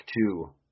two